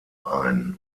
ein